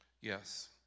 yes